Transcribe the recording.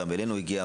גם אלינו הגיע,